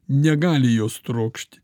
negali jos trokšti